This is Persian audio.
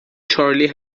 چارلی